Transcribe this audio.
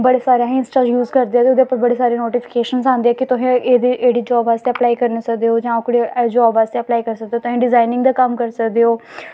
बड़े सारे अहें इंस्टा यूज करदे ते ओह्दे उप्पर बड़े सारे नोटिफिकेशन आंदे ऐ कि तुसें एह्कड़ी एह्कड़ी जाब आस्तै अप्लाई करना सकदे ओ जां ओह्कड़ी जाब आस्तै अप्लाई करी सकी सकदे ओ तुसीं डिज़ाईनिंग दा कम्म करी सकदे ओ